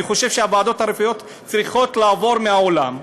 אני חושב שהוועדות הרפואיות צריכות לעבוד מהעולם,